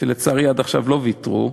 ולצערי עד עכשיו לא ויתרו,